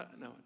no